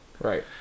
Right